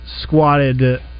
squatted